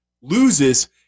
Loses